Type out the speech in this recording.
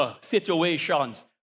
situations